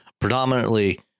predominantly